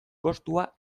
kostua